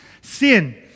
sin